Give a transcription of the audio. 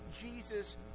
Jesus